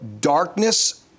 darkness